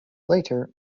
later